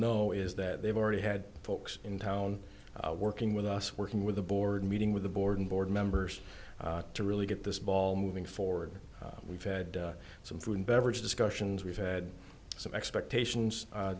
know is that they've already had folks in town working with us working with the board meeting with the board and board members to really get this ball moving forward we've had some food and beverage discussions we've had some expectations